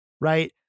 right